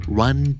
run